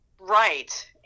Right